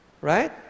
Right